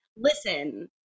Listen